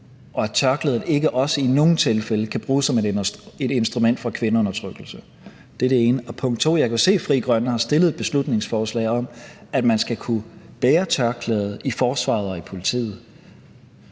og at tørklædet ikke også i nogle tilfælde kan bruges som et instrument for kvindeundertrykkelse? Det er det ene. Punkt 2: Jeg kan jo se, at Frie Grønne har fremsat et beslutningsforslag om, at man skal kunne bære tørklæde i forsvaret og i politiet,